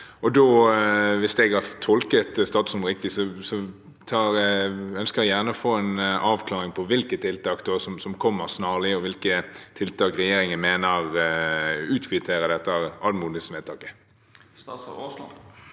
Hvis jeg har tolket statsråden riktig, ønsker jeg å få en avklaring av hvilke tiltak som kommer snarlig, og hvilke tiltak regjeringen mener utkvitterer dette anmodningsvedtaket. Statsråd Terje